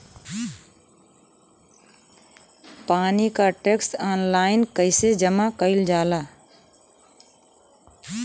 पानी क tax online कईसे जमा कईल जाला?